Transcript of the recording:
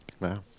Wow